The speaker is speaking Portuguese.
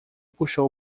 puxou